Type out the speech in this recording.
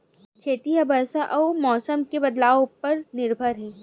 खेती हा बरसा अउ मौसम के बदलाव उपर निर्भर हे